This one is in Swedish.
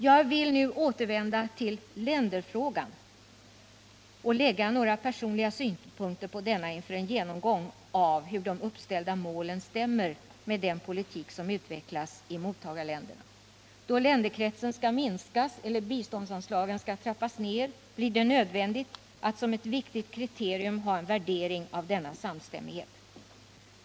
Jag vill nu återvända till länderfrågan och lägga några personliga synpunkter på denna inför en genomgång av hur de uppställda målen stämmer med den politik som utvecklas i mottagarländerna. Då länderkretsen skall minskas eller biståndsanslagen skall trappas ned blir det nödvändigt att som ett viktigt kriterium ha en värdering av denna samstämmighet.